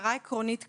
הכרה עקרונית קיימת.